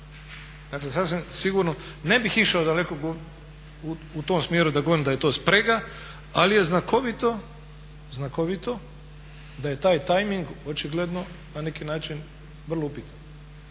Dakle sasvim sigurno ne bih išao daleko u tom smjeru da govorim da je to sprega ali je znakovito da je taj tajming očigledno na neki način vrlo upitan.